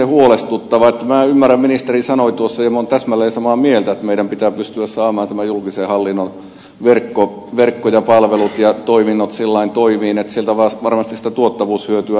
minä ymmärrän mitä ministeri sanoi tuossa ja minä olen täsmälleen samaa mieltä että meidän pitää pystyä saamaan tämä julkisen hallinnon verkko ja palvelut ja toiminnot sillä lailla toimimaan että sieltä varmasti sitä tuottavuushyötyä tulee